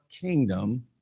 kingdom